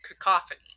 cacophony